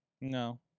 No